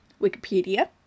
Wikipedia